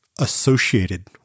associated